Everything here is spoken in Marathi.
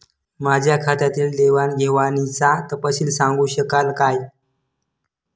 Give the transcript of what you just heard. माझ्या खात्यातील देवाणघेवाणीचा तपशील सांगू शकाल काय?